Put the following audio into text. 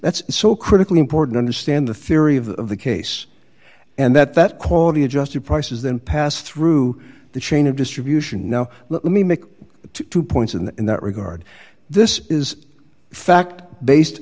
that's so critically important understand the theory of the case and that that quality adjusted prices then pass through the chain of distribution now let me make two points in that regard this is fact based